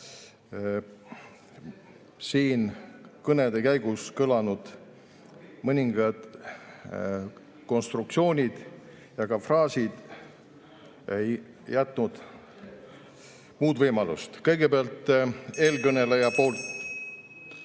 siin kõnede käigus kõlanud mõningad konstruktsioonid ja fraasid ei jätnud muud võimalust. Kõigepealt, eelkõneleja öeldu